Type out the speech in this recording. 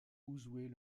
ouzouer